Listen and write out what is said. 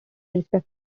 respect